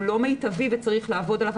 הוא לא מיטבי וצריך לעבוד עליו.